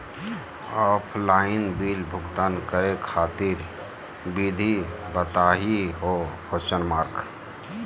Offline bill भुगतान करे खातिर विधि बताही हो?